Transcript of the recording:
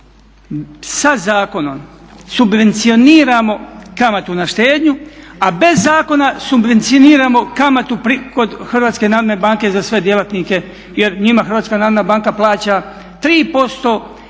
sa zakonom subvencioniramo kamatu na štednu, a bez zakona subvencioniramo kamatu kod HNB-a za sve djelatnike jer njima HNB plaća 3% iznad